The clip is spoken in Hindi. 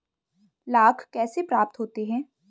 लाख कैसे प्राप्त होता है?